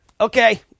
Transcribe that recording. okay